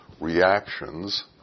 reactions